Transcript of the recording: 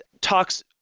talks